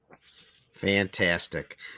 Fantastic